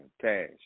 cash